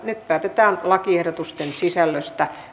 nyt päätetään lakiehdotusten sisällöstä